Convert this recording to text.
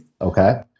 Okay